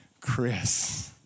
Chris